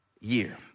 year